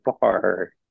bar